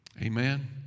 Amen